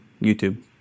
YouTube